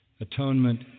atonement